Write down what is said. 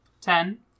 Ten